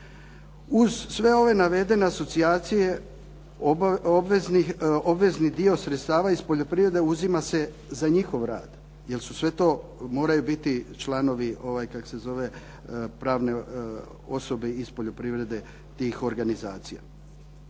Uz sve ove navedene asocijacije obvezni dio sredstava iz poljoprivrede uzima se za njihov rad, jer su sve to, moraju biti članovi pravne osobe iz poljoprivrede tih organizacija.